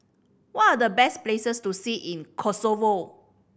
what are the best places to see in Kosovo